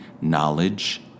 knowledge